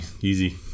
Easy